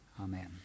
Amen